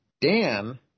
Dan